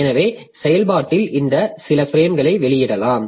எனவே செயல்பாட்டில் இருந்து சில பிரேம்களை வெளியிடலாம்